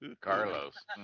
Carlos